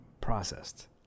processed